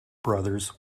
brothers